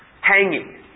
hanging